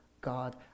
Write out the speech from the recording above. God